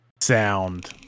sound